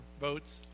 votes